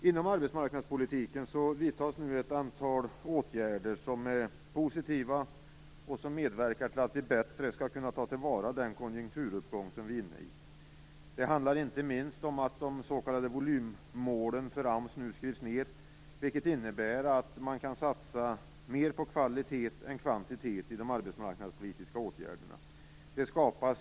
Inom arbetsmarknadspolitiken vidtas nu ett antal åtgärder som är positiva och som medverkar till att vi bättre skall kunna ta till vara den konjunkturuppgång som vi är inne i. Det handlar inte minst om att de s.k. volymmålen för AMS nu skrivs ned, vilket innebär att man kan satsa mer på kvalitet än på kvantitet i de arbetsmarknadspolitiska åtgärderna.